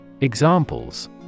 Examples